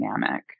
dynamic